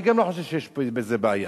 אני גם לא חושב שיש בזה בעיה.